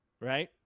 right